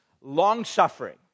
long-suffering